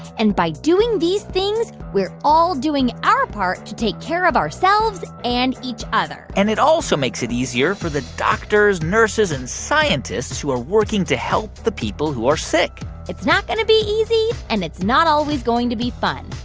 and by doing these things, we're all doing our part to take care of ourselves and each other and it also makes it easier for the doctors, nurses and scientists who are working to help the people who are sick it's not going to be easy, and it's not always going to be fun.